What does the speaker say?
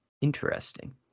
Interesting